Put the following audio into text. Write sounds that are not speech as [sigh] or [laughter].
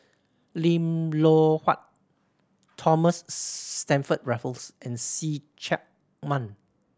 Lim Loh Huat Thomas [unintelligible] Stamford Raffles and See Chak Mun